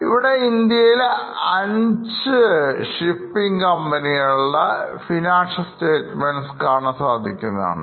ഇവിടെ ഇന്ത്യയിലെ അഞ്ച് ഷിപ്പിംഗ് കമ്പനി കളുടെ financial statements കാണാൻസാധിക്കുന്നതാണ്